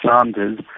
Sanders